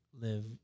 live